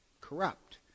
corrupt